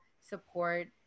support